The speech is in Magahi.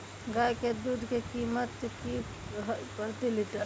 गाय के दूध के कीमत की हई प्रति लिटर?